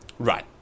Right